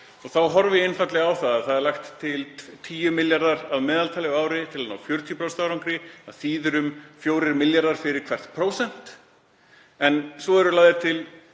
og þá horfi ég einfaldlega á að lagðir eru til 10 milljarðar að meðaltali á ári til að ná 40% árangri, það þýðir um 4 milljarðar fyrir hvert prósent. En svo er lagður til